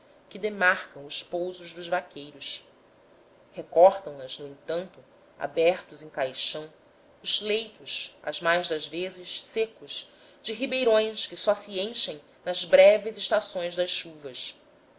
que demarcam os pousos dos vaqueiros recortam nas no entanto abertos em caixão os leitos as mais das vezes secos de ribeirões que só se enchem nas breves estações das chuvas